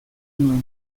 nuen